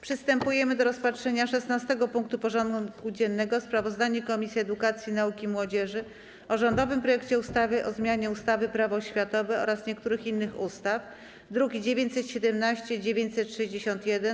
Przystępujemy do rozpatrzenia punktu 16. porządku dziennego: Sprawozdanie Komisji Edukacji, Nauki i Młodzieży o rządowym projekcie ustawy o zmianie ustawy - Prawo oświatowe oraz niektórych innych ustaw (druki nr 917 i 961)